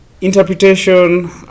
interpretation